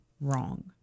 wrong